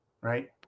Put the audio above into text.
right